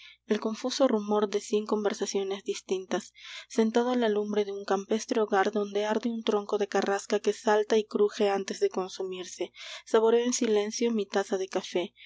el confuso rumor de cien conversaciones distintas sentado á la lumbre de un campestre hogar donde arde un tronco de carrasca que salta y cruje antes de consumirse saboreo en silencio mi taza de café